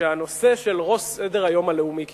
שהנושא שעל ראש סדר-היום הלאומי כמעט,